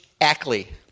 Ackley